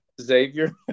Xavier